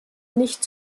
nicht